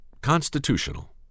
constitutional